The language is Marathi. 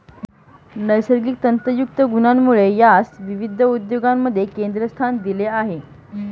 नैसर्गिक तंतुयुक्त गुणांमुळे यास विविध उद्योगांमध्ये केंद्रस्थान दिले आहे